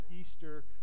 Easter